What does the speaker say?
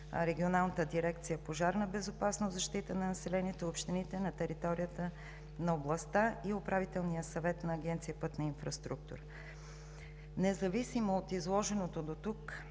Регионалната дирекция „Пожарна безопасност и защита на населението“ и общините на територията на областта и Управителния съвет на Агенция „Пътна инфраструктура“. Независимо от изложеното дотук